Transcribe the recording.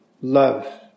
love